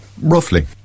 roughly